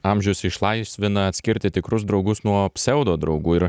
amžius išlaisvina atskirti tikrus draugus nuo pseudodraugų ir